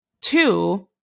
two